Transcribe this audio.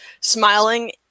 smiling